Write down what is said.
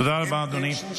תודה רבה, אדוני.